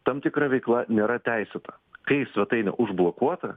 tam tikra veikla nėra teisėta kai svetainė užblokuota